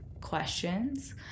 questions